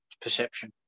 perception